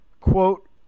quote